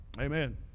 Amen